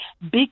big